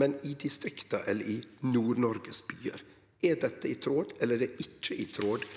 men i distrikta eller i nordnorske byar. Er det i tråd med, eller er det ikkje i tråd